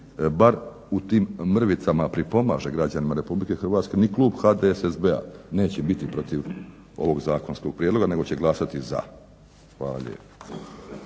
bar u tim mrvicama pripomaže građanima Republike Hrvatske ni klub HDSSB-a neće biti protiv ovog zakonskog prijedloga nego će glasati za. Hvala lijepo.